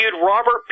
Robert